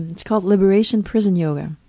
it's called liberation prison yoga.